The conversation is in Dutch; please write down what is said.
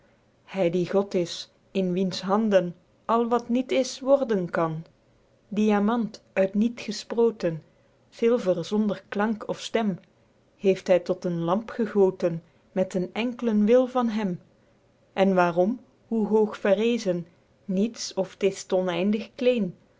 hy die god is in wiens handen al wat niet is worden kan diamant uit niet gesproten zilver zonder klank of stem heeft hy tot een lamp gegoten met een enklen wil van hem en waerom hoe hoog verrezen niets of t is te oneindig kleen